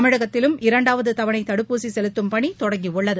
தமிழகத்திலும் இரண்டாவதுதவணைதடுப்பூசிசெலுத்தும் பணிதொடங்கியுள்ளது